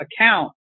account